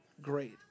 great